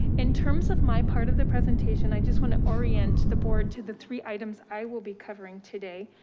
in terms of my part of the presentation. i just want to orient the board to the three items i will be covering today.